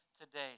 today